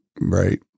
right